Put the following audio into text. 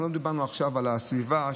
אנחנו לא דיברנו עכשיו על הסביבה,